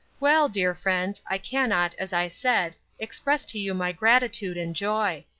well, dear friends, i cannot, as i said, express to you my gratitude and joy.